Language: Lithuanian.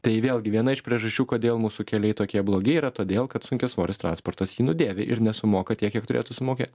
tai vėlgi viena iš priežasčių kodėl mūsų keliai tokie blogi yra todėl kad sunkiasvoris transportas jį nudėvi ir nesumoka tiek kiek turėtų sumokėt